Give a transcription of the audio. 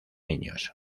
niños